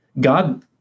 God